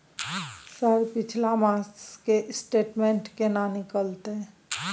Sir पिछला मास के स्टेटमेंट केना निकलते?